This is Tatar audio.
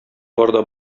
барда